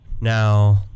Now